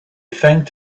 thanked